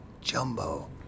jumbo